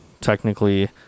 technically